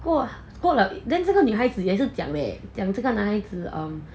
过过了 then 这个女孩子也是讲 leh 讲这个男孩子 um